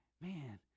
man